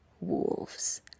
wolves